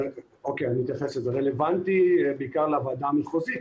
זה רלוונטי בעיקר לוועדה המחוזית,